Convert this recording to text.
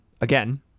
again